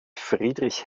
friedrich